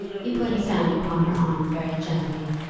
he put his hand upon her arm very gently.